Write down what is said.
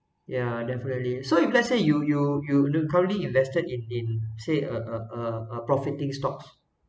yeah definitely so if let's say you you you n~ currently invested in in say a a a a profiting stocks